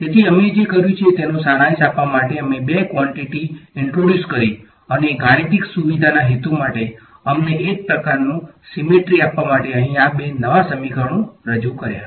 તેથી અમે જે કર્યું છે તેનો સારાંશ આપવા માટે અમે બે ક્વોંટીટી ઈંટ્રોડ્યુસ કરી અને ગાણિતિક સુવિધાના હેતુ માટે અમને એક પ્રકારનું સીમેટ્રી આપવા માટે અહીં આ બે નવા ક્વોંટીટી રજૂ કર્યા છે